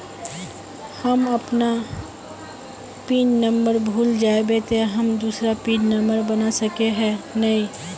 हम अपन pin number भूल जयबे ते हम दूसरा पिन नंबर बना सके है नय?